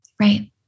Right